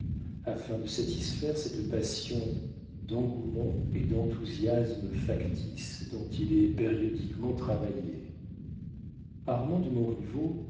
afin de satisfaire cette passion d'engouement et d'enthousiasme factice dont il est périodiquement travaillé armand de montriveau